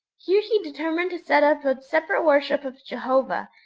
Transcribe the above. here he determined to set up a separate worship of jehovah,